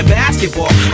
basketball